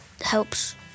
helps